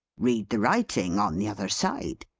read the writing on the other side,